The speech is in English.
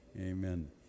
Amen